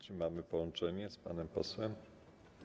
Czy mamy połączenie z panem posłem?